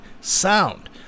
sound